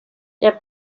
der